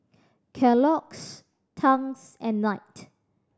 Kellogg's Tangs and Knight